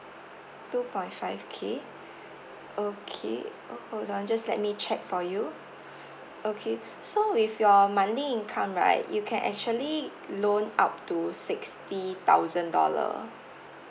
two point five K okay uh hold on just let me check for you okay so with your monthly income right you can actually loan up to sixty thousand dollar